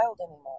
anymore